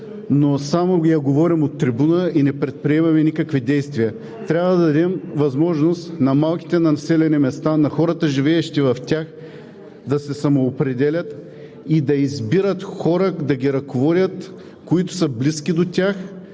но само я говорим от трибуната и не предприемаме никакви действия. Трябва да дадем възможност на малките населени места, на хората, живеещи в тях, да се самоопределят и да избират да ги ръководят хора, които са близки до тях,